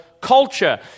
culture